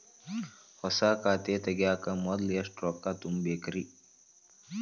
ಹೊಸಾ ಖಾತೆ ತಗ್ಯಾಕ ಮೊದ್ಲ ಎಷ್ಟ ರೊಕ್ಕಾ ತುಂಬೇಕ್ರಿ?